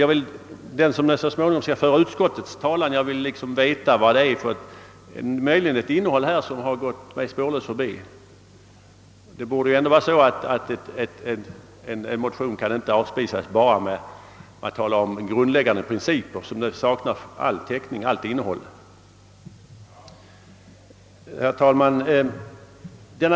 Av den, som så småningom skall föra utskottets talan, skulle jag vilja veta vad det är som härvidlag möjligen gått mig spårslöst förbi. En motion borde ändå inte kunna avfärdas med tomt tal om grundläggande principer utan sakinnehåll. Herr talman!